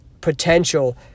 potential